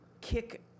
kick